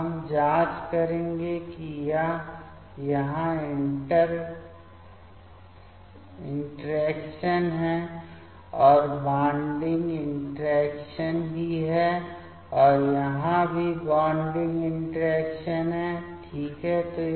अब हम जाँच करेंगे कि यह यहाँ इंटरेक्शन है और बॉन्डिंग इंटरैक्शन भी है और यहाँ भी बॉन्डिंग इंटरैक्शन है ठीक है